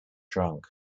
drunk